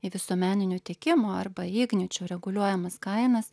į visuomeninio tiekimo arba igničio reguliuojamas kainas